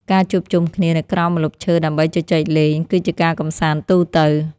ការជួបជុំគ្នានៅក្រោមម្លប់ឈើដើម្បីជជែកលេង គឺជាការកម្សាន្តទូទៅ។